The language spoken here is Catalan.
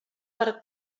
per